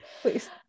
Please